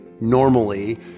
normally